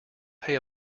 pay